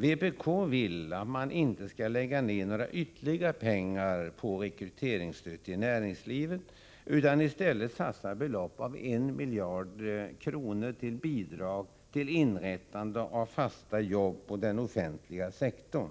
Vpk vill att man inte skall lägga några ytterligare pengar på rekryteringsstödet till näringslivet utan i stället satsa ett belopp av 1 miljard kronor till bidrag till inrättande av nya fasta jobb på den offentliga sektorn.